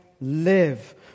live